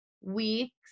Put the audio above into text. weeks